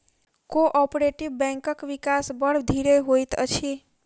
cooperative बैंकक विकास बड़ धीरे होइत अछि